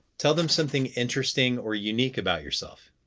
tell them something interesting or unique about yourself.